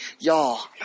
y'all